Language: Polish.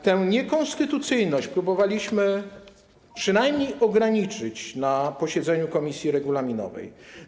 Tę niekonstytucyjność próbowaliśmy przynajmniej ograniczyć na posiedzeniu komisji regulaminowej.